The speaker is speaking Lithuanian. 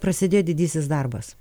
prasidėjo didysis darbas